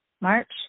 March